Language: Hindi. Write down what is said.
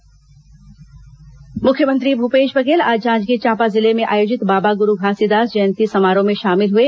मुख्यमंत्री दौरा मुख्यमंत्री भूपेश बधेल आज जांजगीर चांपा जिले में आयोजित बाबा गुरू घासीदास जयंती समारोह में शामिल हुए